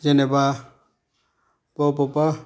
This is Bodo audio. जेनेबा बबावबा